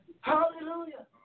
Hallelujah